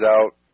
out